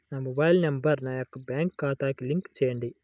నా mobile number నా యొక్క బ్యాంక్ ఖాతాకి లింక్ చేయండీ?